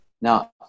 Now